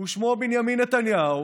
ושמו בנימין נתניהו